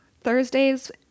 Thursdays